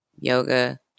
yoga